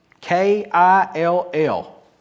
K-I-L-L